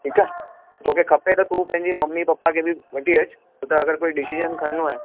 ठीकु आहे तोखे खपे त तूं पंहिंजी ममी पपा खे बि वठी अचु छो त अगरि कोई डीसिज़न खणिणो आहे